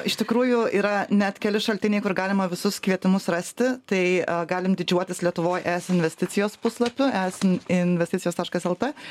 iš tikrųjų yra net keli šaltiniai kur galima visus kvietimus rasti tai galim didžiuotis lietuvoj es investicijos puslapiu es investicijos taškas lt